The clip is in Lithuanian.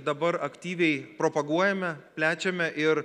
dabar aktyviai propaguojame plečiame ir